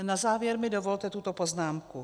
Na závěr mi dovolte tuto poznámku.